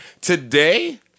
Today